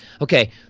okay